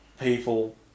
people